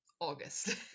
August